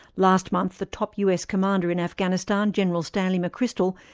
last month the top us commander in afghanistan, general stanley mcchrystal,